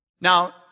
Now